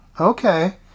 Okay